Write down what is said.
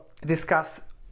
discuss